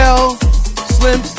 Slim